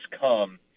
come